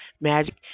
magic